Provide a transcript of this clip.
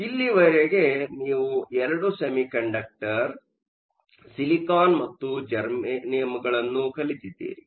ಆದ್ದರಿಂದ ಇಲ್ಲಿಯವರೆಗೆ ನೀವು 2 ಸೆಮಿಕಂಡಕ್ಟರ್ ಸಿಲಿಕಾನ್ ಮತ್ತು ಜರ್ಮೇನಿಯಮ್ಗಳನ್ನು ಕಲಿತಿದ್ದೀರಿ